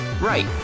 Right